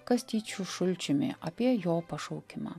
kastyčiu šalčiumi apie jo pašaukimą